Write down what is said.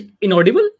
inaudible